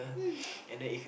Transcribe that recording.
mm